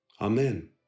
Amen